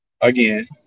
again